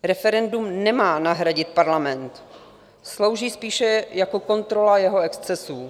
Referendum nemá nahradit parlament, slouží spíše jako kontrola jeho excesů.